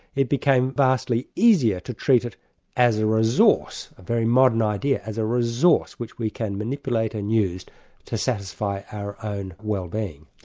it became vastly easier to treat it as a resource, a very modern idea, as a resource which we can manipulate and use to satisfy our own wellbeing.